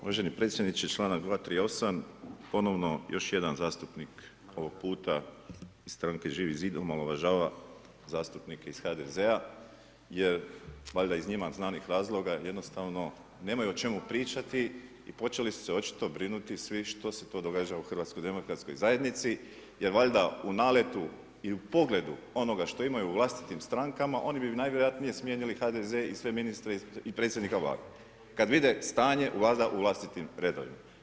Uvaženi predsjedniče članak 238, ponovno još jedan zastupnik ovog puta iz stranke Živi zid omalovažava zastupnike iz HDZ-a jer valjda iz njima znanih razloga jednostavno nemaju o čemu pričati i počeli su se očito brinuti svi što se to događa u HDZ-u jer valjda u naletu i u pogledu onoga što imaju u vlastitim strankama oni bi najvjerojatnije smijenili HDZ i sve ministre i predsjednika Vlade kada vide stanje valjda u vlastitim redovima.